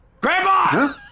Grandpa